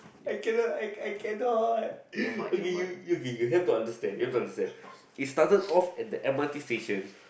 I cannot I I cannot okay you you have to understand you have to understand is started off at the m_r_t station